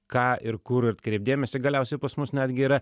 ką ir kur atkreipt dėmesį galiausiai pas mus netgi yra